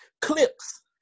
Clips